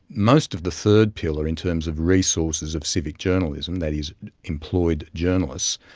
most of the third pillar in terms of resources of civic journalism, that is employed journalists,